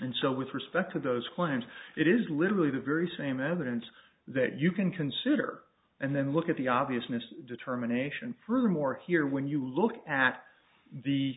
and so with respect to those claims it is literally the very same evidence that you can consider and then look at the obviousness determination furthermore here when you look at the